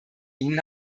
ihnen